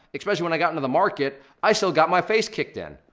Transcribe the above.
especially when i got into the market, i still got my face kicked in.